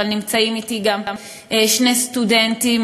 נמצאים אתי גם שני סטודנטים,